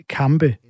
kampe